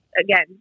again